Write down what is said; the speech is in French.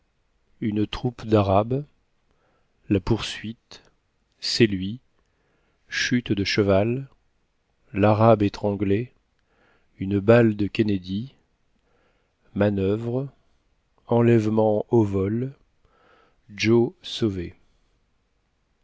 une troupe darabes la poursuite cest lui chute de cheval l'arabe étranglé une balle de kennedy manuvre enlèvement au vol joe sauvé